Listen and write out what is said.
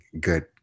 good